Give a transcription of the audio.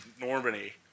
Normandy